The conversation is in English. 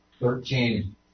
Thirteen